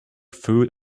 food